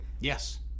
Yes